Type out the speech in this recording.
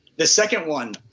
the second one,